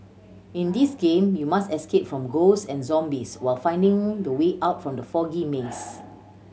in this game you must escape from ghost and zombies while finding the way out from the foggy maze